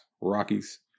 Rockies